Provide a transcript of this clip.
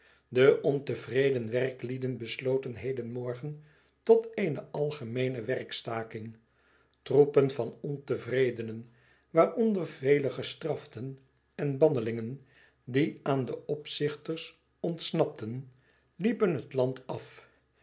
de ontevreden werklieden besloten hedenmorgen tot eene algemeene werkstaking troepen van ontevredenen waaronder vele gestraften en bannelingen die aan de opzichters ontsnapten liepen het land af